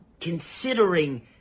considering